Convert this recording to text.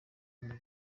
bw’u